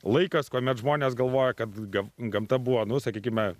laikas kuomet žmonės galvoja kad ga gamta buvo nu sakykime